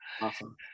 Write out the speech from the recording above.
Awesome